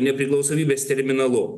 nepriklausomybės terminalu